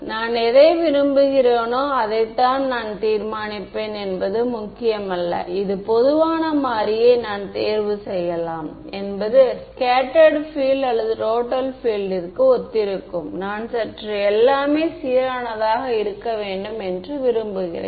நான் எதை விரும்புகிறேனோ அதைதான் நான் தீர்மானிப்பேன் என்பது முக்கியமல்ல இந்த பொதுவான மாறியை நான் தேர்வு செய்யலாம் என்பது ஸ்கேட்டர்டு பீல்ட் அல்லது டோட்டல் பீல்ட்ற்கு ஒத்திருக்கும் நான் சற்று எல்லாமே சீரானதாக இருக்க வேண்டும் என்று விரும்புகின்றேன்